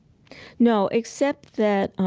no. except that